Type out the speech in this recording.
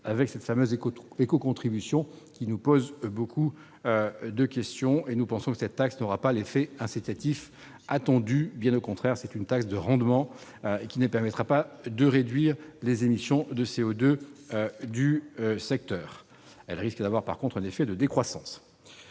sur les billets d'avion, nous pose beaucoup de questions. Nous estimons que cette taxe n'aura pas l'effet incitatif attendu, bien au contraire : c'est une taxe de rendement qui ne permettra pas de réduire les émissions de CO2 du secteur, mais risque d'avoir un effet de décroissance.